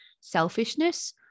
selfishness